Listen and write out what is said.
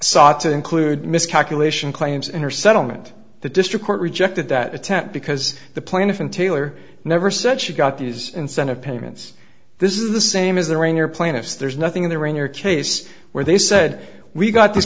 sought to include miscalculation claims in her settlement the district court rejected that attempt because the plaintiff until or never said she got these incentive payments this is the same as the ringer plaintiffs there's nothing in there in your case where they said we got th